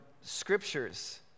scriptures